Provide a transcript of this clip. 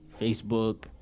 Facebook